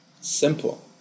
Simple